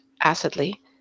acidly